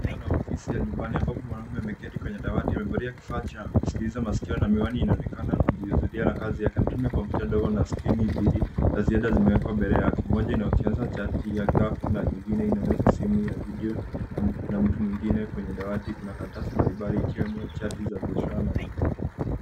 Eneo la ofisi ya nyumani ambapo mwanaume ameketi kwenye dawati. Amevalia kifaa cha kusikiliza masikio na miwani inaonekana kujuzulia na kazi yake. Anatumia kompyuta ndogo na skrini mbili za ziada zimewekwa mbele yake moja ikionyesha chati ya grafu na nyingine inaonyesha simu ya video na mtu mwingine. Kwenye dawati kuna karatasi mbalimbali ikiwemo chati za biashara na ripoti.